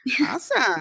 Awesome